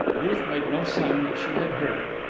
ruth made no sign that she had heard.